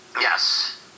Yes